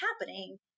happening